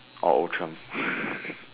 or ultra